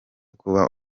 kuba